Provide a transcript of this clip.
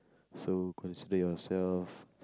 so consider yourself